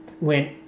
went